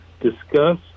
discuss